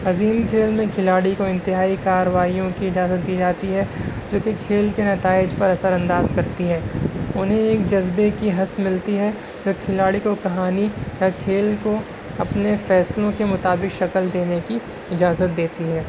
عظیم کھیل میں کھلاڑی کو انتہائی کاروائیوں کی اجازت دی جاتی ہے جو کہ کھیل کے نتائج پر اثر انداز کرتی ہے انہیں ایک جذبہ کی حس ملتی ہے جو کھلاڑی کو کہانی یا کھیل کو اپنے فیصلوں کے مطابق شکل دینے کی اجازت دیتی ہے